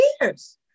years